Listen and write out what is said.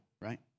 right